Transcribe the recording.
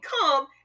come